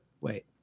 wait